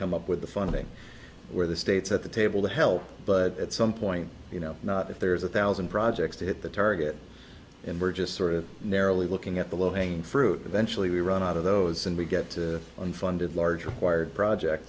come up with the funding where the states at the table to help but at some point you know not if there's a thousand projects to hit the target and we're just sort of narrowly looking at the low hanging fruit eventually we run out of those and we get to unfunded large required project